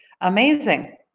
Amazing